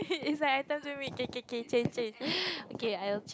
it's like I tell K K K change change okay I will